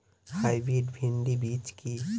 Hybrid ভীন্ডি বীজ কি?